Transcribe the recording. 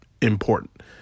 important